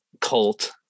cult